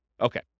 Okay